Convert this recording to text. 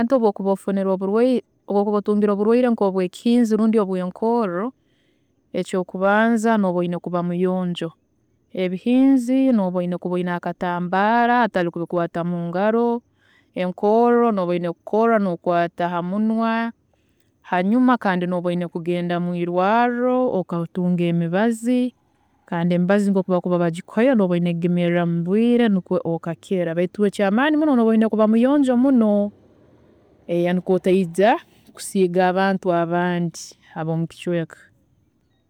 Obokuba ofunire oburwiire, obwokuba otungire oburwwire nkobwekihinzi rundi enkorro, ekyokubanza nooba oyine kuba muyonjo, ebihinzi noba oyine kuba nakatambaara hatari kubikwaata mungarao, enkorro noba oyina kokoorra nokwata hamunwa, hanyuma kandi nooba oyine kugenda mwiirwarro okatunga emibazi, kandi emibazi nkoku bakuba bagikuhaire noba oyine kugimiirra mubwiire nikwe okakira baitu ekyamaani muno noba oyine kuba muyonjo muno nikwe otaija kusiiga abantu abandi abomukicweeka